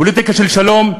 פוליטיקה של שלום,